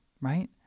right